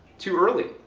too early,